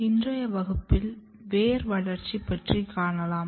இன்றைய வகுப்பில் வேர் வளர்ச்சி பற்றி காணலாம்